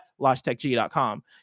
LogitechG.com